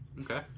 Okay